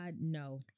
no